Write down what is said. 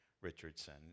Richardson